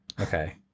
Okay